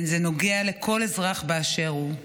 זה נוגע לכל אזרח באשר הוא,